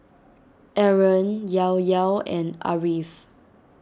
Aaron Yahya and Ariff